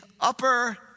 upper